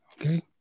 Okay